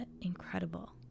incredible